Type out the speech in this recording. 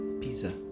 pizza